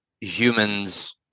humans